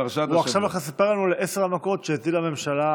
ועכשיו הוא הולך לספר לנו על עשר המכות שהטילה הממשלה,